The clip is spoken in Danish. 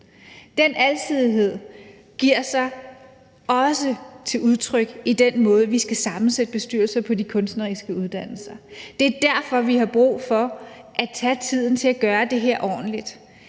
Den alsidighed kommer også til udtryk i den måde, vi skal sammensætte bestyrelser på for de kunstneriske uddannelser. Det er derfor, vi har brug for at tage tiden til at gøre det her ordentligt.